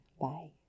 Bye